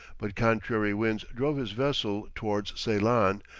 but contrary winds drove his vessel towards ceylon,